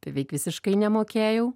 beveik visiškai nemokėjau